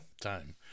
Time